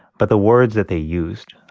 but the words that they used,